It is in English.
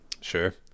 Sure